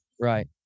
Right